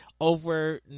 over